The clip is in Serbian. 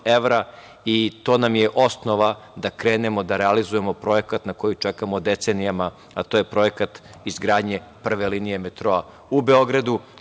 i to nam je osnova da krenemo da realizujemo projekat na koji čekamo decenijama, a to je projekat izgradnje prve linije metroa u Beogradu. Kao